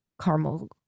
caramel